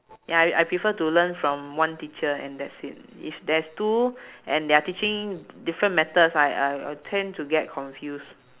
ya I I prefer to learn from one teacher and that's it if there's two and they're teaching different methods I I I'll tend to get confuse